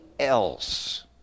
Else